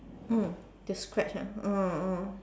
mm just scratch ah ah ah